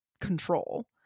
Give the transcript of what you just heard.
control